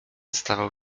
stawał